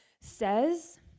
says